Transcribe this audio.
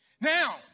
Now